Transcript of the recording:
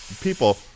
people